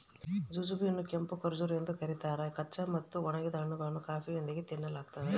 jujube ಯನ್ನುಕೆಂಪು ಖರ್ಜೂರ ಎಂದು ಕರೀತಾರ ಕಚ್ಚಾ ಮತ್ತು ಒಣಗಿದ ಹಣ್ಣುಗಳನ್ನು ಕಾಫಿಯೊಂದಿಗೆ ತಿನ್ನಲಾಗ್ತದ